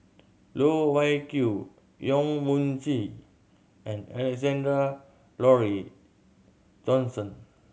Loh Wai Kiew Yong Mun Chee and Alexander Laurie Johnston